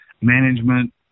management